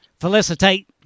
felicitate